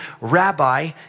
Rabbi